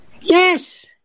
Yes